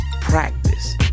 practice